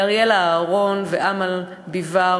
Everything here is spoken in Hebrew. לאריאלה אהרון ואמל ביבאר,